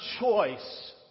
choice